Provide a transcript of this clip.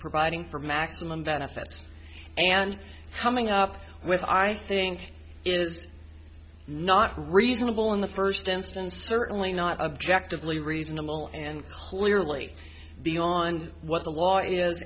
providing for maximum benefits and coming up with i think is not reasonable in the first instance certainly not objectively reasonable and clearly beyond what the law is